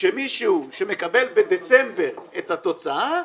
שמישהו שמקבל בדצמבר את התוצאה,